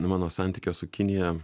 nu mano santykio su kinija